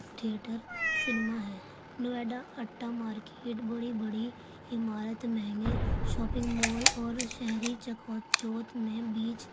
theatre cinema ہے Noida Atta market بڑی بڑی عمارت مہنگے شاپنگ مال اور شہری چکواچوت میں بیچ